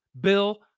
Bill